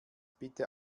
bitte